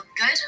good